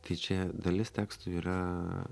tai čia dalis tekstų yra